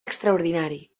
extraordinari